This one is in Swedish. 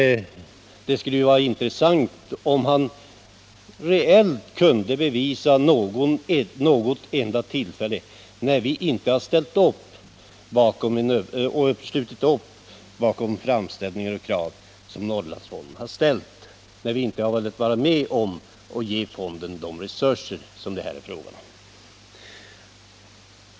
Det skulle vara intressant om han reellt kunde redovisa något enda tillfälle när vi inte har slutit upp bakom framställningar som Norrlandsfonden har gjort och krav som den har ställt, när vi inte har velat vara med om att ge fonden de resurser vilka begärts.